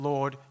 Lord